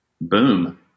Boom